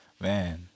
Man